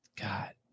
God